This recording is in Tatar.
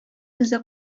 үзе